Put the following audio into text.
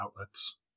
outlets